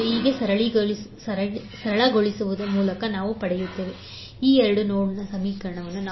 5V1 V2j4 ಸರಳಗೊಳಿಸುವ ಮೂಲಕ ನಾವು ಪಡೆಯುತ್ತೇವೆ 11V115V20 ಈ 2 ನೋಡಲ್ ಸಮೀಕರಣಗಳನ್ನು ನಾವು ಮ್ಯಾಟ್ರಿಕ್ಸ್ ರೂಪದಲ್ಲಿ ವ್ಯಕ್ತಪಡಿಸಬಹುದು 20 0 1j1